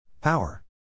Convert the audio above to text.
Power